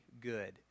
good